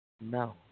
No